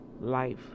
life